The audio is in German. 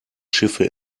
schiffe